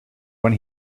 when